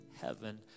heaven